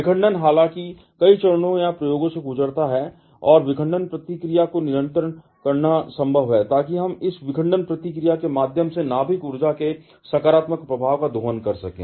विखंडन हालांकि कई चरणों या प्रयोगों से गुजरा है और विखंडन प्रतिक्रिया को नियंत्रित करना संभव है ताकि हम इस विखंडन प्रतिक्रिया के माध्यम से नाभिक ऊर्जा के सकारात्मक प्रभाव का दोहन कर सकें